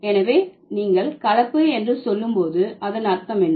எனவே நீங்கள் கலப்பு என்று சொல்லும் போது அதன் அர்த்தம் என்ன